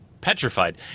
petrified